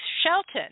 Shelton